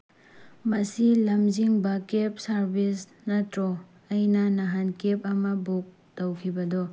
ꯃꯁꯤ ꯂꯝꯖꯤꯡꯕ cab service ꯅꯠꯇ꯭ꯔꯣ ꯑꯩꯅ ꯅꯍꯥꯟ ꯀꯦꯕ ꯑꯃ ꯕꯨꯛ ꯇꯧꯈꯤꯕꯗꯣ